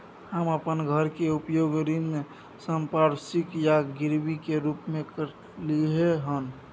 हम अपन घर के उपयोग ऋण संपार्श्विक या गिरवी के रूप में कलियै हन